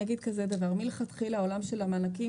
אגיד כזה דבר: מלכתחילה העולם של המענקים